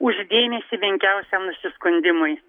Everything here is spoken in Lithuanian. už dėmesį menkiausiam nusiskundimui